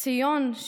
ציון,